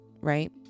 Right